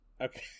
Okay